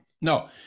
No